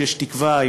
שיש תקווה,